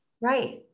Right